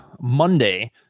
Monday